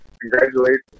congratulations